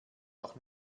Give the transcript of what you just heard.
noch